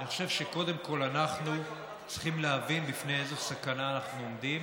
אני חושב שקודם כול אנחנו צריכים להבין בפני איזו סכנה אנחנו עומדים,